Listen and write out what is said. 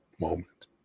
moment